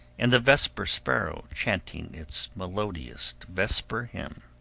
and the vesper sparrow chanting its melodious vesper hymn,